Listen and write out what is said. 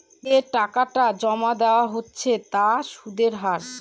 যে টাকাটা জমা দেওয়া হচ্ছে তার সুদের হার